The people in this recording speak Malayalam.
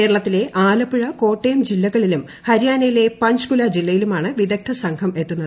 കേരളത്തിള്ളെ ആലപ്പുഴ കോട്ടയം ജില്ലകളിലും ഹരിയാനയിലെ പഞ്ചക്കില് ജില്ലയിലുമാണ് വിദഗ്ദ്ധ സംഘം എത്തുന്നത്